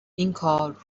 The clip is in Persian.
اینکار